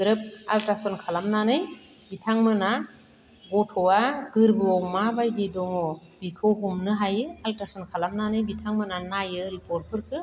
ग्रोब आलट्रासन्ड खालामनानै बिथांमोना गथ'आ गोरबोयाव माबायदि दङ बिखौ हमनो हायो आलट्रासन्ड खालामनानै बिथांमोनहा नायो रिपर्टफोरखो